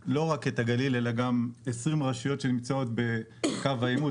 כאן לא רק את הגליל אלא גם 20 רשויות שנמצאות בקו העימות.